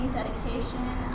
dedication